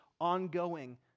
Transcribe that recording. ongoing